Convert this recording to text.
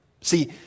See